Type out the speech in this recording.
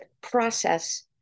process